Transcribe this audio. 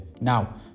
Now